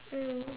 mm